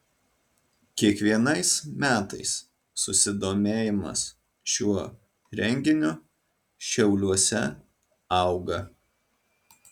kiekvienais metais susidomėjimas šiuo renginiu šiauliuose auga